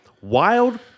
Wild